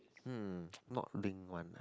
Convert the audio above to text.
hmm not link one ah